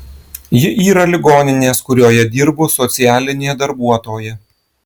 ji yra ligoninės kurioje dirbu socialinė darbuotoja